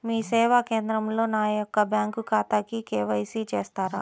మీ సేవా కేంద్రంలో నా యొక్క బ్యాంకు ఖాతాకి కే.వై.సి చేస్తారా?